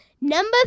Number